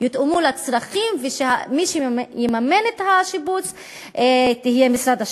יותאמו לצרכים ושמי שיממן את השיפוץ יהיה משרד השיכון.